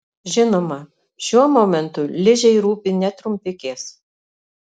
žinoma šiuo momentu ližei rūpi ne trumpikės